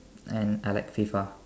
and I like FIFA